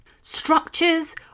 Structures